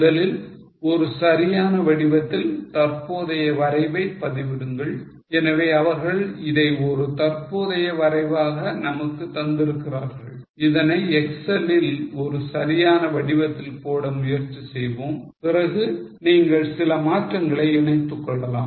முதலில் ஒரு சரியான வடிவத்தில் தற்போதைய வரைவை பதிவிடுங்கள் எனவே அவர்கள் இதை ஒரு தற்போதைய வரைவாக நமக்கு தந்திருக்கிறார்கள் இதனை excel லில் ஒரு சரியான வடிவத்தில் போட முயற்சி செய்வோம் பிறகு நீங்கள் சில மாற்றங்களை இணைத்துக்கொள்ளலாம்